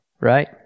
right